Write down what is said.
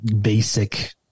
basic